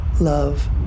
love